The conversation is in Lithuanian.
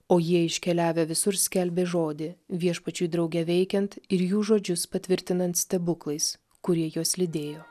o jie iškeliavę visur skelbė žodį viešpačiui drauge veikiant ir jų žodžius patvirtinant stebuklais kurie juos lydėjo